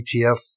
ETF